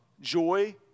joy